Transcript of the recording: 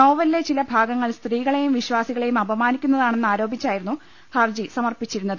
നോവലിലെ ചില ഭാഗങ്ങൾ സ്ത്രീകളെയും വിശ്വാസിക ളെയും അപമാനിക്കുന്നതാണെന്ന് ആരോപിച്ചാ യിരുന്നു ഹർജി സമർപ്പിച്ചിരുന്നത്